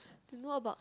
know about